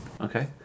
Okay